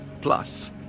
plus